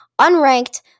unranked